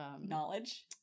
Knowledge